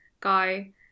guy